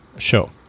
Show